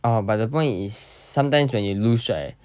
uh but the point is sometimes when you lose right